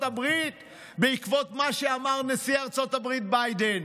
הברית בעקבות מה שאמר נשיא ארצות הברית ביידן.